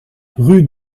rue